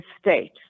state